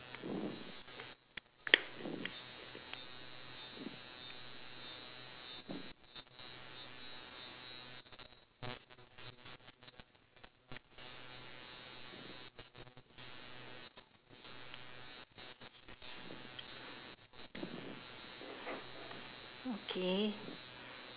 okay